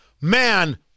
Man